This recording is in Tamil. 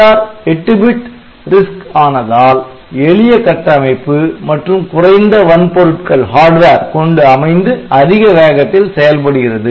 AVR 8 பிட் RISC ஆனதால் எளிய கட்டமைப்பு மற்றும் குறைந்த வன்பொருட்கள் கொண்டு அமைந்து அதிக வேகத்தில் செயல்படுகிறது